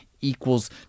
equals